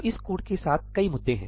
तो इस कोड के साथ कई मुद्दे हैं